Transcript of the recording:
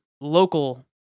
local